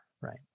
right